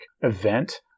event